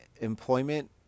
employment